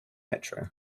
metro